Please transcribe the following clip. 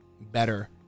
better